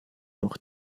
noch